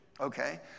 okay